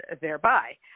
thereby